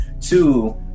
Two